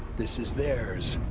this is theirs.